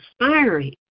inspiring